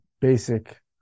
basic